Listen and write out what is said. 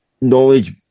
knowledge